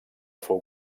fou